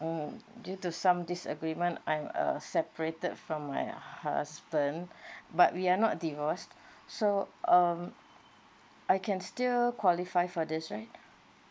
mm due to some disagreement I'm uh separated from my husband but we are not divorced so um I can still qualify for this right